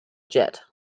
jet